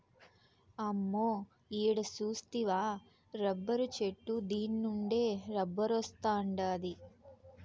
అమ్మో ఈడ సూస్తివా రబ్బరు చెట్టు దీన్నుండే రబ్బరొస్తాండాది